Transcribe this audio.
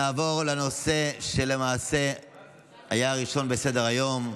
נעבור לנושא שלמעשה היה ראשון בסדר-היום.